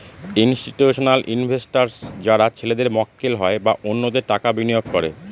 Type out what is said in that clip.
institutional investors যারা ছেলেদের মক্কেল হয় বা অন্যদের টাকা বিনিয়োগ করে